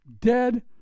dead